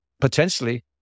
Potentially